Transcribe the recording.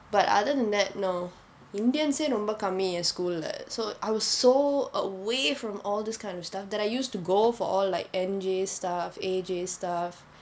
but other than that no indians eh ரொம்ப கம்மி என்:romba kammi en school lah so I was so away from all this kind of stuff that I used to go for all like N_J stuff A_J stuff